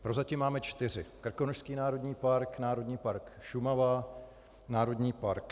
Prozatím máme čtyři: Krkonošský národní park, Národní park Šumava, Národní park